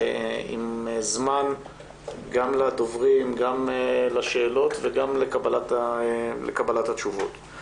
עם זמן גם לדוברים, גם לשאלות, וגם לקבלת התשובות.